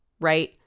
right